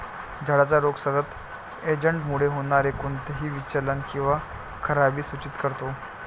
झाडाचा रोग सतत एजंटमुळे होणारे कोणतेही विचलन किंवा खराबी सूचित करतो